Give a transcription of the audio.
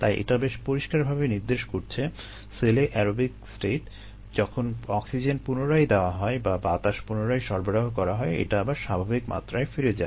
তাই এটা বেশ পরিষ্কারভাবে নির্দেশ করছে সেলে অ্যারোবিক স্টেট যখন অক্সিজেন পুনরায় দেওয়া হয় বা বাতাস পুনরায় সরবরাহ করা হয় এটা আবার স্বাভাবিক মাত্রায় ফিরে যায়